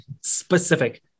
specific